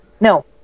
No